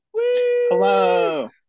hello